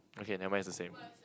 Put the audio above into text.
okay nevermind it's the same